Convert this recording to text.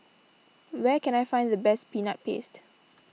where can I find the best Peanut Paste